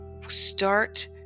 start